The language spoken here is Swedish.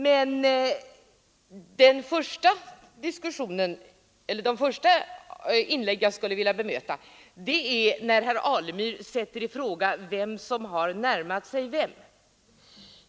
Men vad jag främst skulle vilja bemöta är när herr Alemyr sätter i fråga vem som har närmat sig vem.